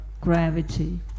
gravity